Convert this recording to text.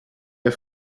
der